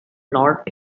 lord